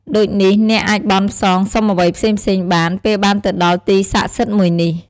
ដូចនេះ អ្នកអាចបន់ផ្សងសុំអ្វីផ្សេងៗបាន ពេលបានទៅដល់ទីស័ក្តិសិទ្ធមួយនេះ។